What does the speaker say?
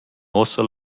uossa